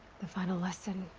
the final lesson.